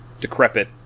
decrepit